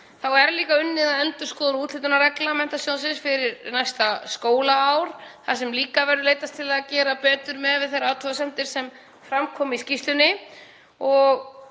Þá er líka unnið að endurskoðun á úthlutunarreglum sjóðsins fyrir næsta skólaár þar sem líka verður leitast við að gera betur miðað við þær athugasemdir sem fram koma í skýrslunni.